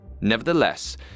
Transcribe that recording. Nevertheless